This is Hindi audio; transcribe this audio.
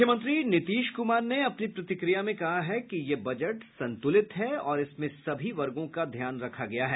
मुख्यमंत्री नीतीश कुमार ने अपनी प्रतिक्रिया में कहा कि यह बजट संतुलित है और इसमें सभी वर्गों का ध्यान रखा गया है